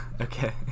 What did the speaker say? Okay